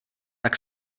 tak